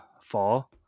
fall